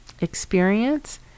experience